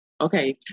Okay